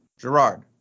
Gerard